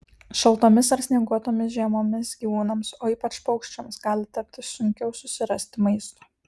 šaltomis ar snieguotomis žiemomis gyvūnams o ypač paukščiams gali tapti sunkiau susirasti maisto